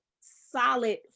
solid